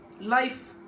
Life